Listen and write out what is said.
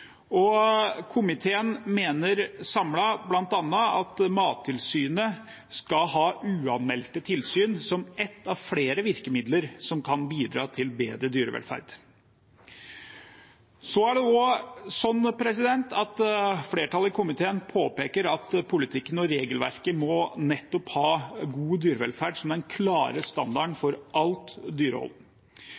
Komiteen mener samlet bl.a. at Mattilsynet skal ha uanmeldte tilsyn som ett av flere virkemiddel som kan bidra til bedre dyrevelferd. Flertallet i komiteen påpeker også at politikken og regelverket må nettopp ha god dyrevelferd som den klare standarden for alt dyrehold,